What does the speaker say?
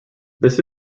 this